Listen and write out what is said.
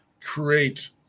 create